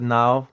now